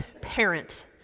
parent